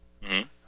-hmm